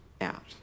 out